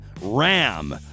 Ram